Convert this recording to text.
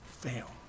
fail